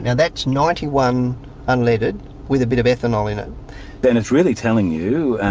yeah that's ninety one unleaded with a bit of ethanol in it. and it's really telling you,